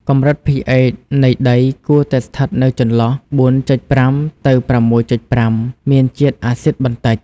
កម្រិត pH នៃដីគួរតែស្ថិតនៅចន្លោះ ៤.៥ ទៅ ៦.៥ (មានជាតិអាស៊ីតបន្តិច)។